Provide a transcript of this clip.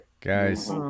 Guys